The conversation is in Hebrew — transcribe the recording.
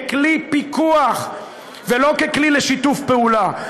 ככלי פיקוח ולא ככלי לשיתוף פעולה.